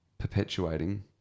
perpetuating